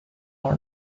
are